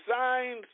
signs